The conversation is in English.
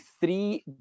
three